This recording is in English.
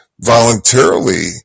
voluntarily